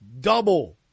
double